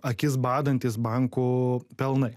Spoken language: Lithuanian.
akis badantys bankų pelnai